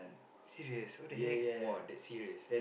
serious what the heck !wow! that's serious